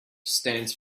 stands